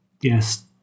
yes